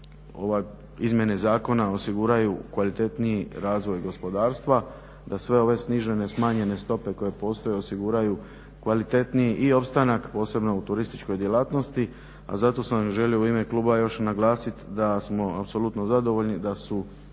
ove izmjene i zakona osiguraju kvalitetniji razvoj gospodarstva, da sve ove snižene, smanjene stope koje postoje osiguraju kvalitetniji i opstanak posebno u turističkoj djelatnosti, a zato sam želio u ime kluba još naglasit da smo apsolutno zadovoljni da su